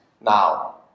Now